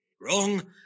wrong